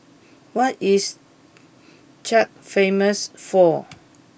what is Chad famous for